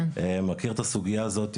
מכיר את הסוגייה הזאת,